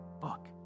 book